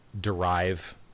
derive